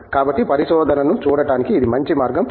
కాబట్టి పరిశోధనను చూడటానికి ఇది మంచి మార్గం